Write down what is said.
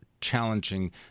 challenging